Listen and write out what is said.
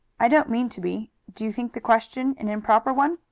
i don't mean to be. do you think the question an improper one?